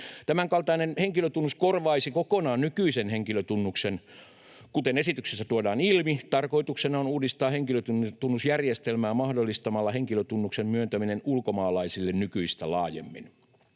Tämänkaltainen henkilötunnus korvaisi kokonaan nykyisen henkilötunnuksen. Kuten esityksessä tuodaan ilmi, tarkoituksena on uudistaa henkilötunnusjärjestelmää mahdollistamalla henkilötunnuksen myöntäminen ulkomaalaisille nykyistä laajemmin.